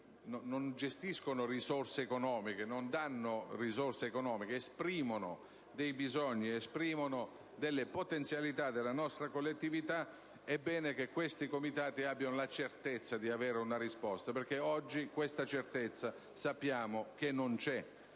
non gestiscono infatti risorse economiche, non danno risorse economiche, ma esprimono i bisogni e le potenzialità della nostra collettività. È bene che questi Comitati abbiano la certezza di avere una risposta, perché oggi sappiamo che non